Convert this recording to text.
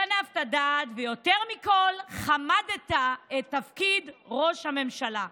גנבת דעת, ויותר מכול, חמדת את תפקיד ראש הממשלה.